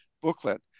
booklet